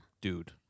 dude